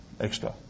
extra